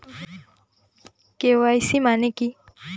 KYC মানে কি?